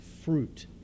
fruit